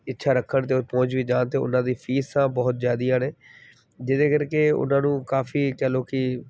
ਇੱਛਾ ਰੱਖਣ ਅਤੇ ਔਰ ਪਹੁੰਚ ਵੀ ਜਾਣ ਤਾਂ ਉਹਨਾਂ ਦੀ ਫੀਸਾਂ ਬਹੁਤ ਜ਼ਿਆਦੀਆਂ ਨੇ ਜਿਹਦੇ ਕਰਕੇ ਉਹਨਾਂ ਨੂੰ ਕਾਫੀ ਕਹਿ ਲਓ ਕਿ